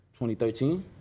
2013